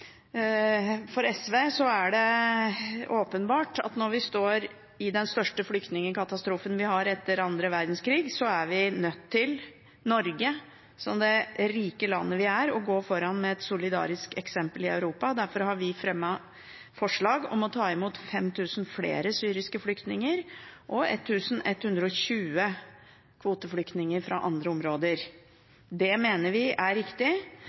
For SV er det åpenbart at når vi står i den største flyktningekatastrofen vi har hatt etter annen verdenskrig, er vi i Norge, som det rike landet vi er, nødt til å gå foran som et solidarisk eksempel i Europa. Derfor har vi fremmet forslag om å ta imot 5 000 flere syriske flyktninger og 1 120 kvoteflyktninger fra andre områder. Det mener vi er riktig.